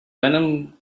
venom